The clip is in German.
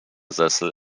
sessel